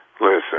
listen